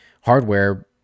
hardware